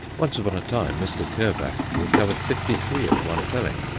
once upon a time mr. kerbach recovered fifty-three at one felling,